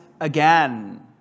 again